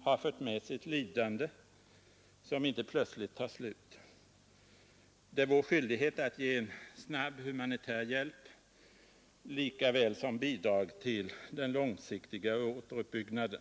har fört med sig ett lidande som inte plötsligt tar slut. Det är vår skyldighet att ge en snabb humanitär hjälp lika väl som att bidra till den långsiktiga återuppbyggnaden.